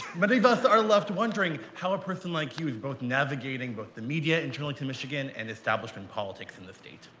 many of us are left wondering how a person like you is both navigating about but the media internal to michigan, and establishment politics in the state.